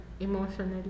emotionally